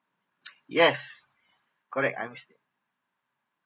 yes correct I'm st~